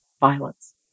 violence